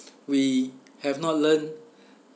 we have not learnt